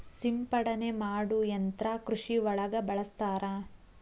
ಸಿಂಪಡನೆ ಮಾಡು ಯಂತ್ರಾ ಕೃಷಿ ಒಳಗ ಬಳಸ್ತಾರ